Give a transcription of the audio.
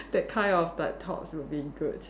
that kind of like thoughts would be good